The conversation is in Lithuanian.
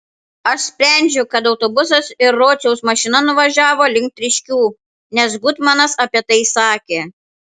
aš sprendžiu kad autobusas ir rociaus mašina nuvažiavo link tryškių nes gutmanas apie tai sakė